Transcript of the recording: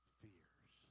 fears